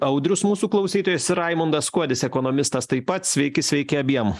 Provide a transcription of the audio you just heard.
audrius mūsų klausytojas ir raimundas kuodis ekonomistas taip pat sveiki sveiki abiem